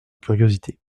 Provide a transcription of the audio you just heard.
curiosité